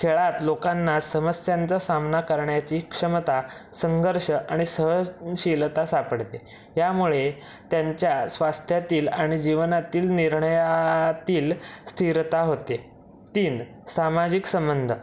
खेळात लोकांना समस्यांचा सामना करण्याची क्षमता संघर्ष आणि सहज शीलता सापडते ह्यामुळे त्यांच्या स्वास्थ्यातील आणि जीवनातील निर्णया तील स्थिरता होते तीन सामाजिक संमंध